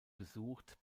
besucht